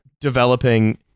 developing